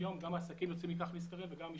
אני חושב שבסופו של יום גם העסקים יוצאים מכך